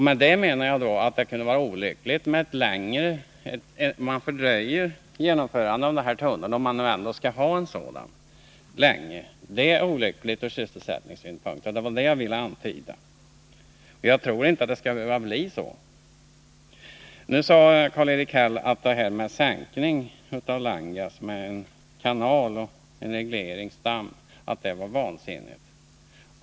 Med detta menar jag att om man fördröjer genomförandet av den här tunneln länge, om man nu ändå skall ha en sådan, så är det olyckligt ur sysselsättningssynpunkt. Det var detta jag ville antyda. Men jag tror inte att det skall behöva bli så. Karl-Erik Häll sade att alternativet med sänkning av Langas genom en kanal med regleringsdamm var vansinnigt.